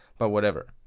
but whatever.